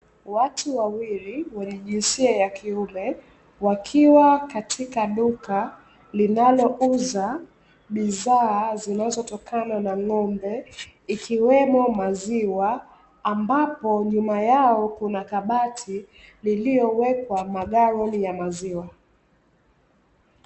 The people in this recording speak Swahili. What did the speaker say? Watu wawili wenye jinsia ya kiume wakiwa katika duka linalo uza bidhaa zinazotokana na ng’ombe, ikiwemo maziwa ambapo nyuma yao kuna kabati lililowekwa magaloni ya maziwa.